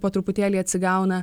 po truputėlį atsigauna